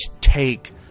take